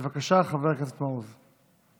בבקשה, חבר הכנסת מעוז.